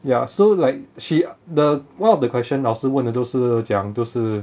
ya so like she the one of the question 老师问的都是讲都是